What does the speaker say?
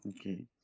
Okay